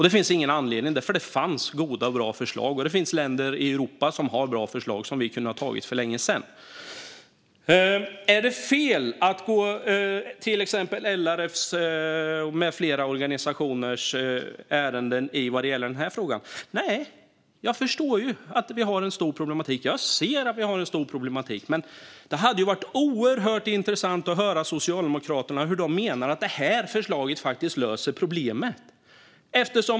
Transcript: Det fanns ingen anledning till det, för det fanns bra förslag. Det finns också länder i Europa som har bra förslag som vi kunde ha tagit för länge sedan. Är det fel att gå till exempel LRF:s ärenden i denna fråga? Nej. Jag förstår att vi har en stor problematik - jag ser det. Men det hade varit oerhört intressant att höra hur Socialdemokraterna menar att detta förslag faktiskt löser problemet.